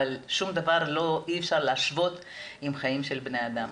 אבל שום דבר אי אפשר להשוות עם חיים של בני אדם.